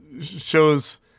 shows